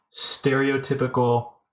stereotypical